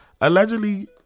allegedly